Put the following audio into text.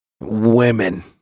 women